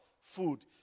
food